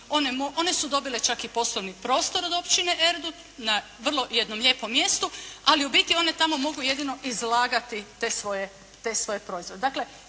One su dobile čak i poslovni prostor od općine Erdut na vrlo jednom lijepom mjestu. Ali u biti one tamo mogu jedino izlagati te svoje proizvode.